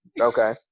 Okay